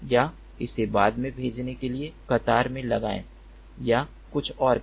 या इसे बाद में भेजने के लिए कतार में लगाएं या कुछ और करें